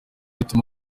ituma